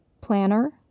planner